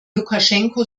lukaschenko